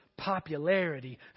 popularity